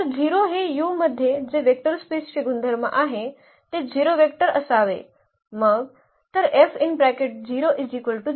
तर 0 हे u मध्ये जे वेक्टर स्पेसचे गुणधर्म आहे ते 0 वेक्टर असावे